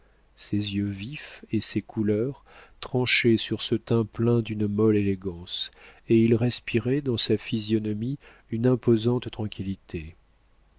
ses yeux vifs et ses couleurs tranchaient sur ce teint plein d'une molle élégance et il respirait dans sa physionomie une imposante tranquillité